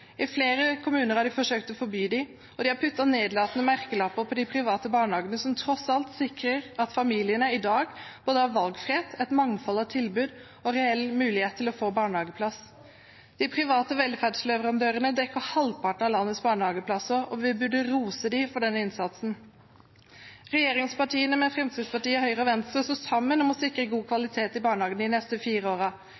I flere kommuner har de forsøkt å forby dem, og de har satt nedlatende merkelapper på de private barnehagene, som tross alt sikrer at familiene i dag har både valgfrihet, et mangfold av tilbud og reell mulighet til å få barnehageplass. De private velferdsleverandørene dekker halvparten av landets barnehageplasser, og vi burde rose dem for den innsatsen. Regjeringspartiene, Fremskrittspartiet, Høyre og Venstre, står sammen om å sikre god